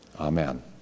Amen